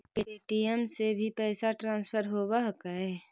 Paytm से भी पैसा ट्रांसफर होवहकै?